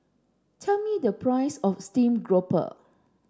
tell me the price of steamed grouper